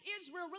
Israel